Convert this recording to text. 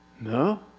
No